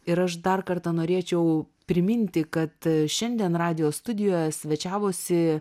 ir aš dar kartą norėčiau priminti kad šiandien radijo studijoje svečiavosi